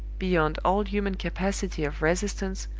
beyond all human capacity of resistance,